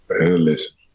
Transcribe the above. Listen